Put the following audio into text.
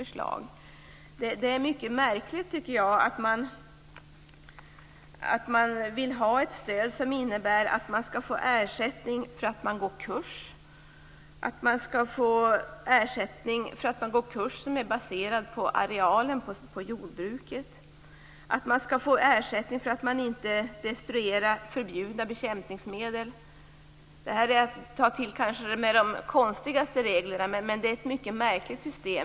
Jag tycker att det är märkligt att man vill ha ett stöd som innebär att ersättning utbetalas till den som går på en kurs; detta baserat på jordbruksarealen. Det är också märkligt att man får ersättning för att man inte destruerar förbjudna bekämpningsmedel. Detta är kanske att ta till de konstigaste reglerna, men systemet är mycket märkligt.